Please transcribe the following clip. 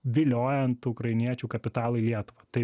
viliojant ukrainiečių kapitalą į lietuvą tai